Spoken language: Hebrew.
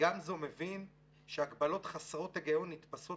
גמזו מבין שהגבלות חסרות היגיון הנתפסות